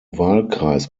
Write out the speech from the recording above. wahlkreis